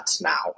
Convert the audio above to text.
now